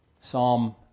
Psalm